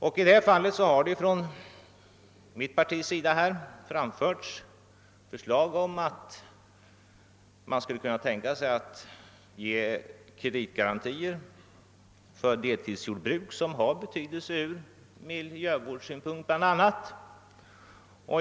Vi har från vårt parti framfört förslag om att kreditgarantier skulle sättas in för deltidsjordbruk av betydelse ur bl.a. miljövårdssynpunkt.